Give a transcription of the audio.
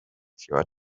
your